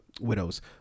Widows